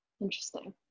Interesting